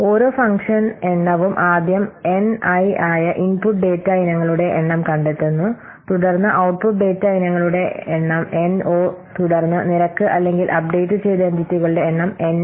ഓരോ ഫംഗ്ഷൻ എണ്ണവും ആദ്യം എൻ ഐ ആയ ഇൻപുട്ട് ഡാറ്റ ഇനങ്ങളുടെ എണ്ണം കണ്ടെത്തുന്നു തുടർന്ന് ഔട്ട്പുട്ട് ഡാറ്റ ഇനങ്ങളുടെ എണ്ണം എൻ ഓ തുടർന്ന് നിരക്ക് അല്ലെങ്കിൽ അപ്ഡേറ്റുചെയ്ത എന്റിറ്റികളുടെ എണ്ണം എൻ ഇ